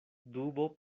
dubo